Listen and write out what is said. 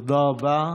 תודה רבה.